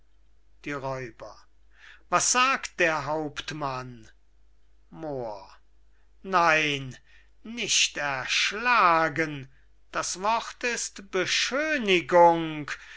die räuber was sagt der hauptmann moor nein nicht erschlagen das wort ist beschönigung